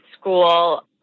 school